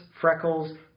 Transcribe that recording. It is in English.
freckles